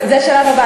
זה השלב הבא.